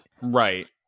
right